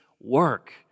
work